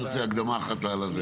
אני רוצה הקדמה אחת לזה.